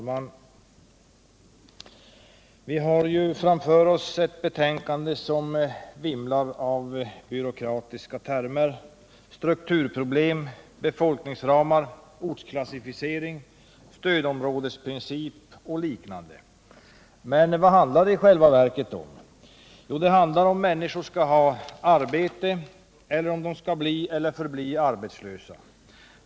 Herr talman! Vi har framför oss ett betänkande, som vimlar av byråkratiska termer, strukturproblem, befolkningsramar, ortsklassificering, stödområdesprinciper och liknande. Men vad handlar det i själva verket om? Jo, det handlar om huruvida människor skall ha arbete eller om de skall vara och förbli arbetslösa.